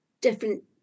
different